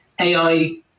AI